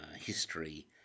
history